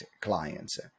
clients